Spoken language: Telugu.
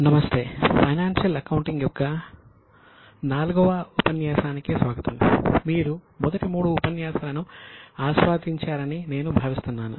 నమస్తే ఫైనాన్షియల్ అకౌంటింగ్ కోర్సు యొక్క 4 వ ఉపన్యాసానికి స్వాగతం మీరు మొదటి మూడు ఉపన్యాసాలను ఆస్వాదించారని నేను భావిస్తున్నాను